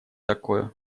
такое